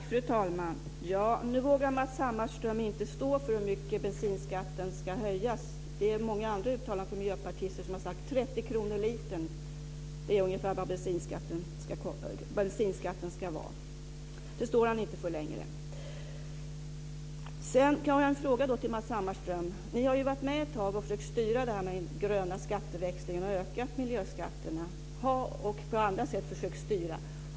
Fru talman! Nu vågar Matz Hammarström inte stå för hur mycket bensinskatten ska höjas. Det är många andra uttalanden från miljöpartister som har talat om ett bensinpris på 30 kr per liter. Det står han inte för längre. Sedan har jag en fråga till Matz Hammarström. Ni har ju varit med ett tag och försökt styra den gröna skatteväxlingen och ökat miljöskatterna och på andra sätt försökt styra.